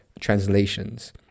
translations